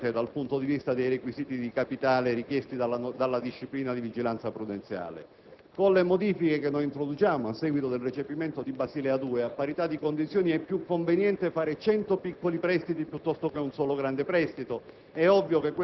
indifferente, dal punto di vista dei requisito di capitale richiesti dalla disciplina di vigilanza prudenziale. Con le modifiche che saranno introdotte a seguito del recepimento dell'Accordo di Basilea 2, a parità di condizioni, sarà più conveniente fare cento piccoli prestiti, piuttosto che un solo grande prestito.